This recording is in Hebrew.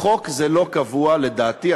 בחוק זה לא קבוע, לדעתי.